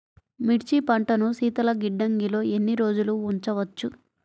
మిర్చి పంటను శీతల గిడ్డంగిలో ఎన్ని రోజులు ఉంచవచ్చు?